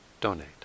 donate